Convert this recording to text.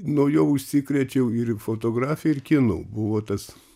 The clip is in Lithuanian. nuo jo užsikrėčiau ir fotografija ir kinu buvo tas